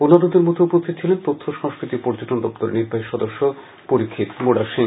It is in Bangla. অন্যান্যদের মধ্যে উপস্থিত ছিলেন তথ্য সংস্কৃতি ও পর্যটন দপ্তরের নির্বাহী সদস্য পরীক্ষিত মুডাসিং